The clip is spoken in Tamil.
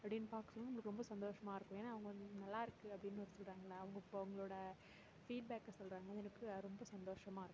அப்படின்னு பார்க்கும் போது அது ரொம்ப சந்தோஷமாக இருக்கும் ஏன்னால் அவங்க வந்து நல்லா இருக்குது அப்படின்னு ஒன்று சொல்றாங்கல்ல அவங்க இப்போது அவங்களோடய ஃபீட்பேக்கை சொல்கிறாங்க எனக்கு அது ரொம்ப சந்தோஷமாக இருக்கும்